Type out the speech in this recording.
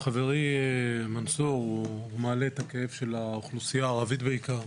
חברי מנסור מעלה את הכאב של האוכלוסייה הערבית בעיקר.